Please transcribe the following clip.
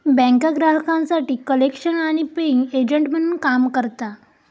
बँका ग्राहकांसाठी कलेक्शन आणि पेइंग एजंट म्हणून काम करता